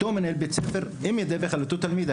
אז אותו מנהל בית ספר יודע שאם הוא מדווח על אותו תלמיד אז